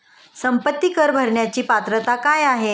संपत्ती कर भरण्याची पात्रता काय आहे?